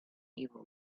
evil